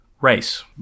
race